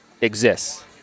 exists